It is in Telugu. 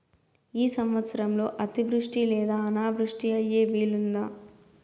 ఈ సంవత్సరంలో అతివృష్టి లేదా అనావృష్టి అయ్యే వీలుందా?